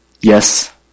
Yes